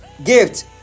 Gift